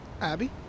Abby